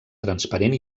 transparent